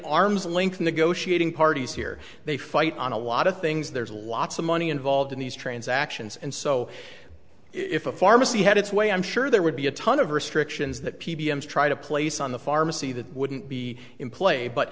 arm's length negotiating parties here they fight on a lot of things there's lots of money involved in these transactions and so if a pharmacy had its way i'm sure there would be a ton of restrictions that p b s try to place on the pharmacy that wouldn't be in play but